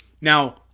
Now